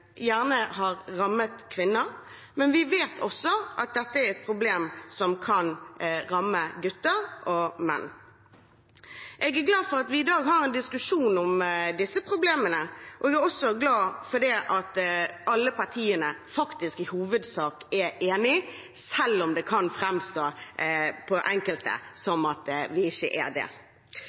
har rammet kvinner, men vi vet også at dette er noe som kan ramme gutter og menn. Jeg er glad for at vi i dag har en diskusjon om disse problemene. Jeg er også glad for at alle partiene i all hovedsak er enige, selv om det for enkelte kan framstå som de ikke er det.